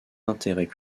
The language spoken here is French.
intérêts